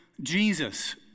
Jesus